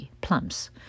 plums